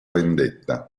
vendetta